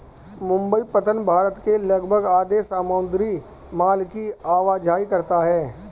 मुंबई पत्तन भारत के लगभग आधे समुद्री माल की आवाजाही करता है